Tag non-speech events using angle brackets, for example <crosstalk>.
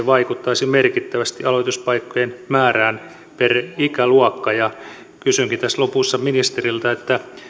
<unintelligible> vaikuttaisi merkittävästi aloituspaikkojen määrään per ikäluokka kysynkin tässä lopussa ministeriltä